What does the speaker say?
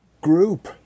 group